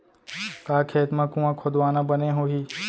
का खेत मा कुंआ खोदवाना बने होही?